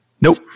Nope